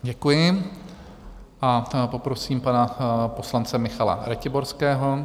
Děkuji a poprosím pana poslance Michala Ratiborského.